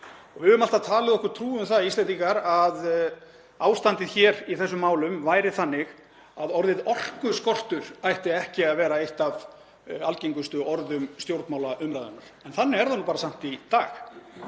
Við höfum alltaf talið okkur trú um það, Íslendingar, að ástandið hér í þessum málum væri þannig að orðið orkuskortur ætti ekki að vera eitt af algengustu orðum stjórnmálaumræðunnar en þannig er það nú bara samt í dag.